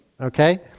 okay